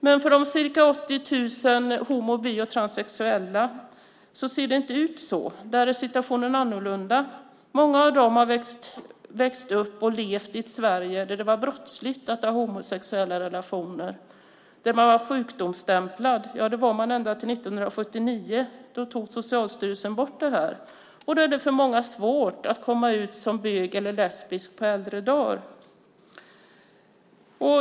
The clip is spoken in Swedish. Men för de ca 80 000 homo-, bi och transsexuella ser det inte ut så. Där är situationen annorlunda. Många av dem har växt upp och levt i ett Sverige där det var brottsligt att ha homosexuella relationer. De var sjukdomsstämplade, ja, det var de ända till år 1979 då Socialstyrelsen tog bort detta. Det är för många svårt att komma ut som bög eller lesbisk på äldre dagar.